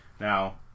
Now